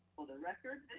for the record.